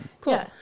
Cool